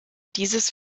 dieses